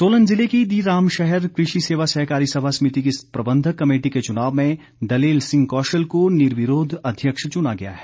चुनाव सोलन जिले की दि रामशहर कृषि सेवा सहकारी सभा समिति की प्रबंधक कमेटी के चुनाव में दलेल सिंह कौशल को निर्विरोध अध्यक्ष चुना गया है